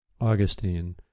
Augustine